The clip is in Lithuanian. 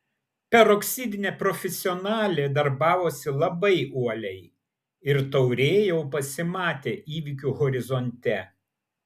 peroksidinė profesionalė darbavosi labai uoliai ir taurė jau pasimatė įvykių horizonte